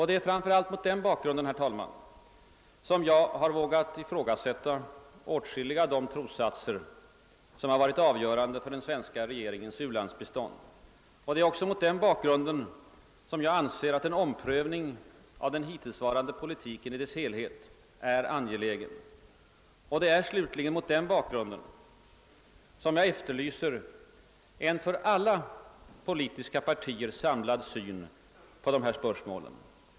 Det är framför allt mot den bakgrunden som jag, herr talman, har vågat ifrågasätta åtskilliga av de trossatser som har varit avgörande för den svenska regeringens u-landsbistånd och det är också mot den bakgrunden som jag anser att en omprövning av den hittillsvarande politiken i dess helhet är angelägen. Det är slutligen mot den bakgrunden som jag efterlyser en för alla politiska partier samlad syn på detta spörsmål.